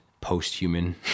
Post-human